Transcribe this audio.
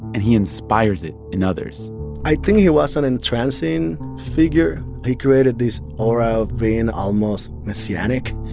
and he inspires it in others i think he was an entrancing figure. he created this aura of being almost messianic.